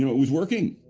you know it was working.